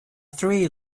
three